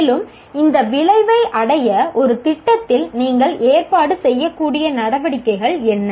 மேலும் இந்த விளைவை அடைய ஒரு திட்டத்தில் நீங்கள் ஏற்பாடு செய்யக்கூடிய நடவடிக்கைகள் என்ன